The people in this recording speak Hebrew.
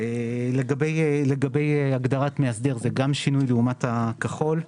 לגבי הגדרת מאסדר זה גם שינוי לעומת הכחול.